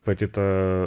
pati ta